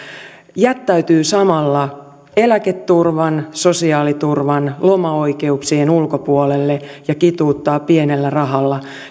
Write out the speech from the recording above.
jättäytyy samalla eläketurvan sosiaaliturvan lomaoikeuksien ulkopuolelle ja kituuttaa pienellä rahalla